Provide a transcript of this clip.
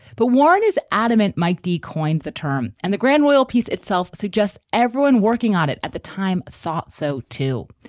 but warren is adamant mike dee coined the term and the grandville piece itself suggests everyone working on it at the time thought so, too.